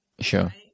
Sure